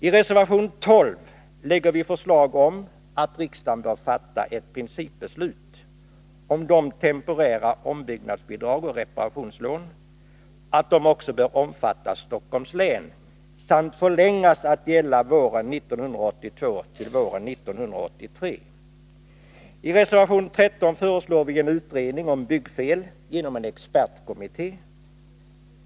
I reservation 12 lägger vi förslag om att riksdagen bör fatta ett principbeslut om att de temporära ombyggnadsbidragen och reparationslånen bör omfatta också Stockholms län samt förlängas till att gälla vintern och våren 1982-1983. I reservation 13 föreslår vi en utredning om byggfel genom en expertkommitté.